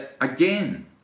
Again